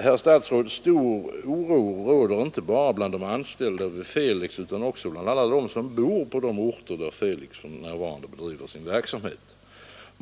Herr statsråd! Stor oro råder inte bara bland de anställda vid Felix utan också bland alla dem som bor på de orter där Felix för närvarande bedriver sin verksamhet.